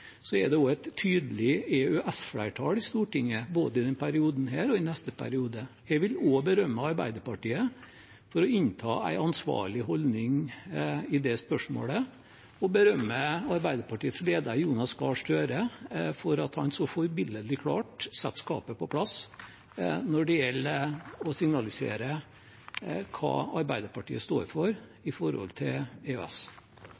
er det også et tydelig EØS-flertall i Stortinget, både i denne perioden og i neste. Jeg vil også berømme Arbeiderpartiet for å innta en ansvarlig holdning i det spørsmålet og berømme Arbeiderpartiets leder, Jonas Gahr Støre, for at han så forbilledlig klarte å sette skapet på plass når det gjelder å signalisere hva Arbeiderpartiet står for i forholdet til EØS.